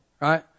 right